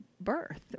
birth